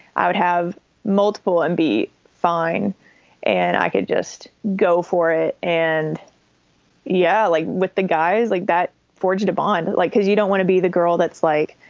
i would have multiple. i'd and be fine and i could just go for it. and yeah, like with the guys like that forged a bond like because you don't want to be the girl that's like